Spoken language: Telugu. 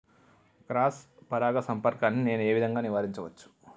క్రాస్ పరాగ సంపర్కాన్ని నేను ఏ విధంగా నివారించచ్చు?